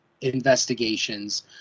investigations